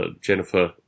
Jennifer